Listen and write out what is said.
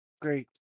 great